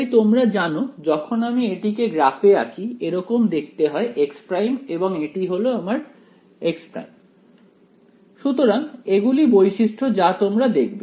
তাই তোমরা জানো যখন আমি এটিকে গ্রাফ এ আঁকি এরকম দেখতে হয় x প্রাইম এবং এটি হল আমার x প্রাইম সুতরাং এগুলো বৈশিষ্ট্য যা তোমরা দেখবে